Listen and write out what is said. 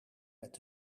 met